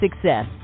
Success